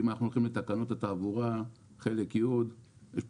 ואם אנחנו הולכים לתקנות התעבורה יש פה